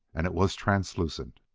and it was translucent.